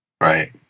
Right